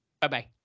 Bye-bye